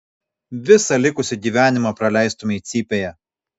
visą likusį gyvenimą praleistumei cypėje